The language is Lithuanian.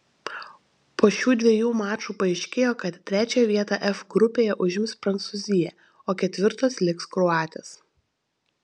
po šių dviejų mačų paaiškėjo kad trečią vietą f grupėje užims prancūzija o ketvirtos liks kroatės